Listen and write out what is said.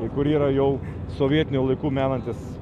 ir kur yra jau sovietinių laikų menantys